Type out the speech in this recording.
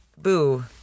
boo